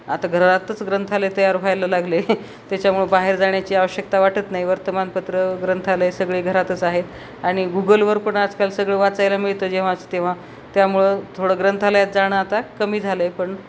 आता घरातच ग्रंथालय तयार व्हायला लागले त्याच्यामुळं बाहेर जाण्याची आवश्यकता वाटत नाई वर्तमानपत्र ग्रंथालय सगळे घरातच आहेत आणि गुगलवर पण आजकाल सगळं वाचायला मिळतं जेव्हाच तेव्हा त्यामुळं थोडं ग्रंथालयात जाणं आता कमी झालंय पण